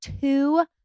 two